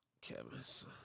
Kevin's